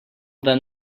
then